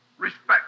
Respect